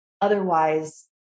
Otherwise